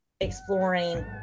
exploring